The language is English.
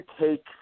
take